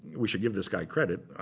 we should give this guy credit.